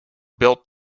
built